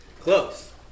Close